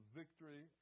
victory